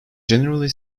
generally